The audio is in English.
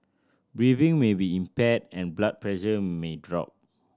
breathing may be impaired and blood pressure may drop